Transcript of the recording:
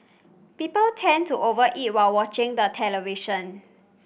people tend to over eat while watching the television